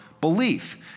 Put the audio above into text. belief